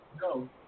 Go